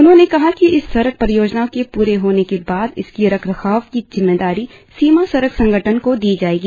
उन्होंने कहा कि इस सड़क परियोजना के पूरे होने के बाद इसकी रखरखाव की जिम्मेदारी सीमा सड़क संगठन को दी जायेगी